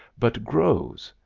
but grows,